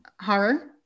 horror